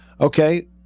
Okay